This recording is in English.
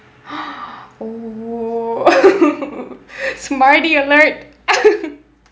!whoa! smarty alert